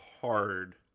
hard